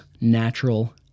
natural